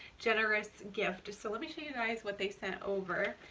generous gift! so let me show you guys what they sent over.